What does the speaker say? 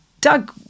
Doug